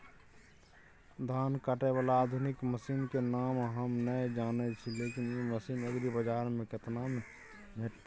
धान काटय बाला आधुनिक मसीन के नाम हम नय जानय छी, लेकिन इ मसीन एग्रीबाजार में केतना में भेटत?